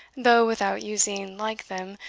though without using, like them,